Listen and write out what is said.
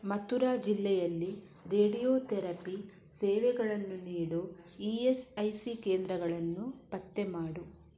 ಮಥುರಾ ಜಿಲ್ಲೆಯಲ್ಲಿ ರೇಡಿಯೋಥೆರಪಿ ಸೇವೆಗಳನ್ನು ನೀಡೋ ಇ ಎಸ್ ಐ ಸಿ ಕೇಂದ್ರಗಳನ್ನು ಪತ್ತೆ ಮಾಡು